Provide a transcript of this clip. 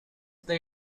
they